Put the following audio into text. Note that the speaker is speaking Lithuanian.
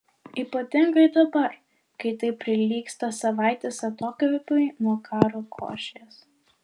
ypatingai dabar kai tai prilygsta savaitės atokvėpiui nuo karo košės